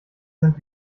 sind